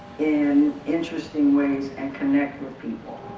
in interesting ways and connect with people.